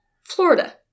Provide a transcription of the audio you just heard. Florida